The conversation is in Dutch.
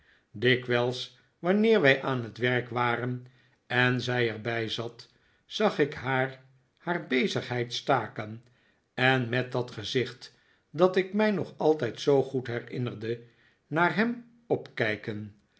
dikwijls wanneer wij aan het werk waren en zij er bij zat zag ik haar haar bezigheid staken en met dat gezicht dat ik mij nog altijd zoo goed herinnerde naar hem opkijken